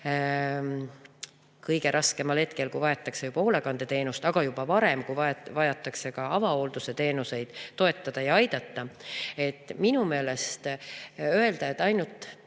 kõige raskemal hetkel, kui vajatakse juba hoolekandeteenust, aga juba varem, kui vajatakse avahoolduse teenuseid, toetada ja aidata. Minu meelest öelda, et ainult